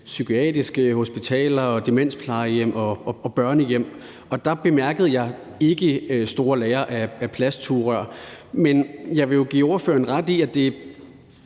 psykiatriske hospitaler, demensplejehjem og børnehjem. Og dér bemærkede jeg ikke store lagre af plastsugerør. Men jeg vil jo give ordføreren ret i, at det